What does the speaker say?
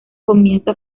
comienza